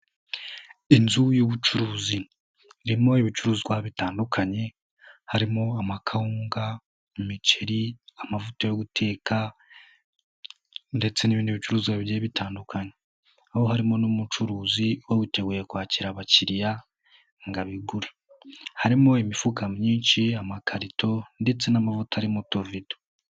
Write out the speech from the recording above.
Inzu y'ubucuruzi irimo ibicuruzwa bitandukanye, harimo amakawunga, imiceri, amavuta yo guteka, ndetse n'ibindi bicuruzwa bigiye bitandukanye, aho harimo n'umucuruzi uba witeguye kwakira abakiriya ngo abigurare, harimo imifuka myinshi, amakarito ndetse n'amavuta ari mu tuvido.